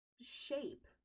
shape